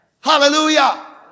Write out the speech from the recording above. Hallelujah